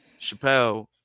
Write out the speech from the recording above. Chappelle